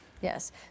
yes